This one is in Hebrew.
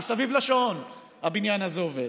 מסביב לשעון הבניין הזה עובד.